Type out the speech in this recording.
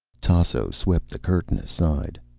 tasso swept the curtain aside.